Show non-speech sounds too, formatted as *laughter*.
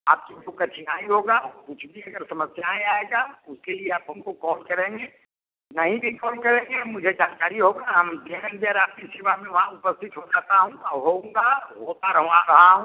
आपको *unintelligible* कठिनाई होगा कुछ भी अगर समस्याएँ आएगा उसके लिए आप हमको कॉल करेंगे नहीं भी कॉल करेंगे मुझे जानकारी होगा हम *unintelligible* आपकी सेवा में वहाँ उपस्थित हो जाता हूँ आ होऊँगा होता रवाँ रहा हूँ